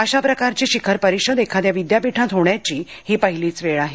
अशा प्रकारची शिखर परिषद एखाद्या विद्यापीठात होण्याची ही पहिलीच वेळ आहे